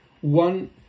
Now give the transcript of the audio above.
one